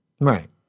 right